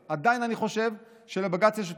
ובלי לומדי התורה שלנו אין לנו פה